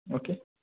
okay